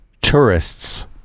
tourists